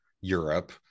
Europe